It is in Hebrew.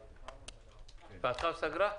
בקצרה,